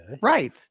Right